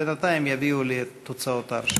בינתיים יביאו לי את תוצאות ההרשמה.